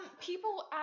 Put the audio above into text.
people